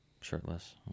shirtless